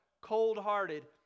cold-hearted